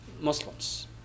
Muslims